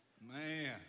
Man